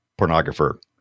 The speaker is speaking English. pornographer